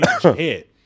hit